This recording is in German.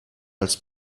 als